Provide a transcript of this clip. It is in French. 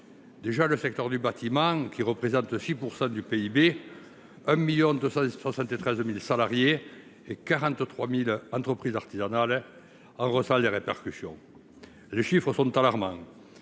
Déjà, le secteur du bâtiment, qui représente 6 % du PIB, 1 273 000 salariés et 403 400 entreprises artisanales, en ressent les répercussions. Les chiffres sont alarmants